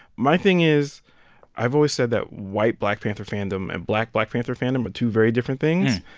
my thing is i've always said that white black panther fandom and black black panther fandom are two very different things.